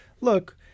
look